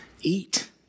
Eat